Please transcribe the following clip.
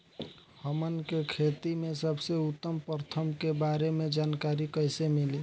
हमन के खेती में सबसे उत्तम प्रथा के बारे में जानकारी कैसे मिली?